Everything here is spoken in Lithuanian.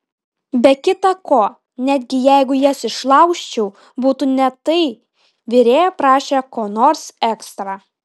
be kita ko netgi jeigu jas išlaužčiau būtų ne tai virėja prašė ko nors ekstra